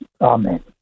Amen